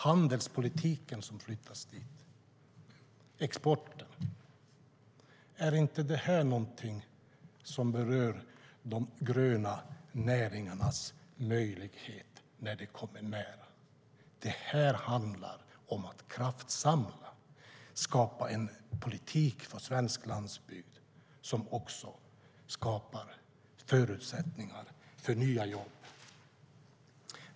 Handelspolitiken, bland annat exporten, har flyttats dit. Berör inte de frågorna de gröna näringarnas möjligheter? Det handlar om att kraftsamla och skapa en politik för svensk landsbygd som också skapar förutsättningar för nya jobb.